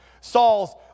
Saul's